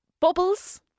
Bubbles